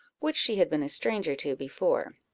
which she had been a stranger to before.